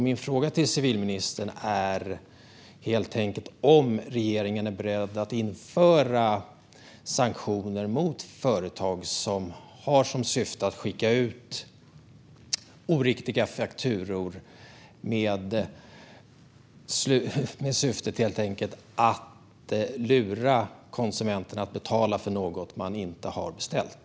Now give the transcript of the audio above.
Min fråga till civilministern är om regeringen är beredd att införa sanktioner mot företag som skickar ut oriktiga fakturor i syfte att lura konsumenter att betala för något som man inte har beställt.